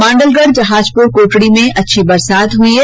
मांडलगढ जहाजपुर कोटड़ी में भी अच्छी बरसात हुई है